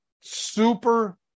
super